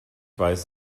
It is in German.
weiß